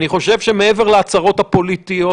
אני חושב שמעבר להצהרות הפוליטיות,